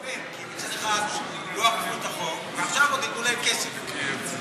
אדוני השר יש פה משהו מקומם,